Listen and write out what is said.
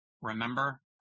remember